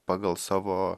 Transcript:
pagal savo